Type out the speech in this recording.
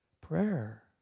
prayer